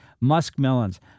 muskmelons